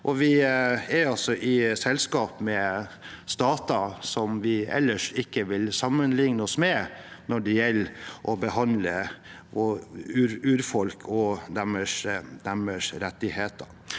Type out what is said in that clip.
altså i selskap med stater som vi ellers ikke vil sammenligne oss med når det gjelder å behandle urfolk og deres rettigheter.